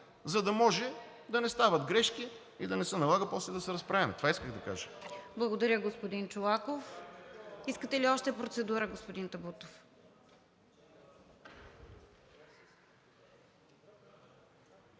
за да може да не стават грешки и да не се налага после да се разправяме. Това исках да кажа. ПРЕДСЕДАТЕЛ РОСИЦА КИРОВА: Благодаря, господин Чолаков. Искате ли още процедура, господин Табутов?